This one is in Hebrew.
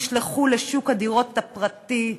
נשלחו לשוק הדירות הפרטי,